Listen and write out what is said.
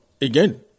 again